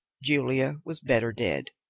julia was better dead.